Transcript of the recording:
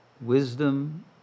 wisdom